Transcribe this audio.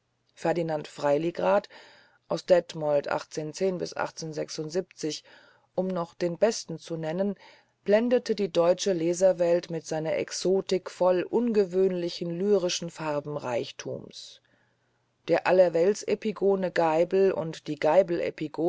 rückert aus um noch die besten zu nennen blendeten die deutsche leserwelt mit ihrer exotik voll ungewöhnlichen lyrischen farbenreichtums der allerweltsepigone geibel und die